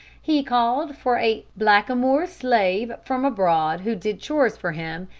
he called for a blackamoor slave from abroad who did chores for him,